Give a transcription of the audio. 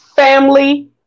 family